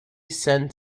sent